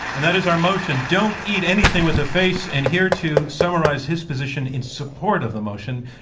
and that is our motion, don't eat anything with a face. and here to summarize his position in support of the motion,